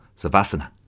savasana